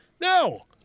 no